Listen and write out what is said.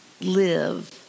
live